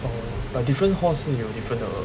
oh different hall 是有 different 的